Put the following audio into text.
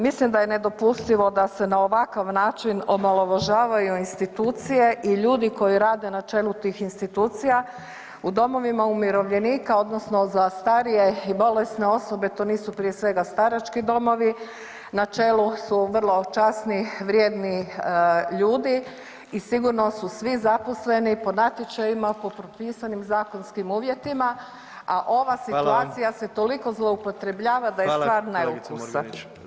Mislim da je nedopustivo da se na ovakav način omalovažavaju institucije i ljudi koji rade na čelu tih institucija u domovima umirovljenika odnosno za starije i bolesne osobe to nisu prije svega starački domovi, na čelu su vrlo časni, vrijedni ljudi i sigurno su svi zaposleni po natječajima, po propisanim zakonskim uvjetima, a ova situacija [[Upadica: Hvala vam]] se toliko zloupotrebljava [[Upadica: Hvala kolegice Murganić]] da je stvar neukusa.